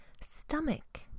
stomach